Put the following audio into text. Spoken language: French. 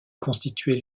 constituait